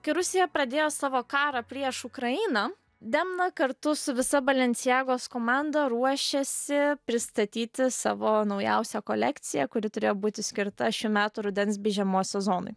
kai rusija pradėjo savo karą prieš ukrainą demna kartu su visa balenciagos komanda ruošėsi pristatyti savo naujausią kolekciją kuri turėjo būti skirta šių metų rudens bei žiemos sezonui